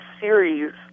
series